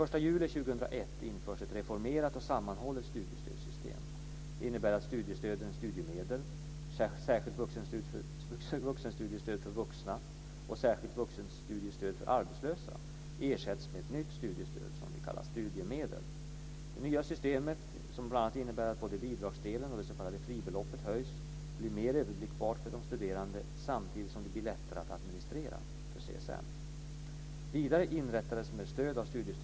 Den 1 juli 2001 införs ett reformerat och sammanhållet studiestödssystem. Det innebär att studiestöden studiemedel, särskilt vuxenstudiestöd för vuxna och särskilt vuxenstudiestöd för arbetslösa ersätts med ett nytt studiestöd som kallas studiemedel. Det nya systemet, som bl.a. innebär att både bidragsdelen och det s.k. fribeloppet höjs, blir mer överblickbart för de studerande samtidigt som det blir lättare att administrera för CSN.